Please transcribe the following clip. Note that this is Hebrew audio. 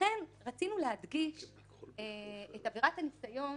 לכן רצינו להדגיש את עבירת הניסיון